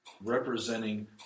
representing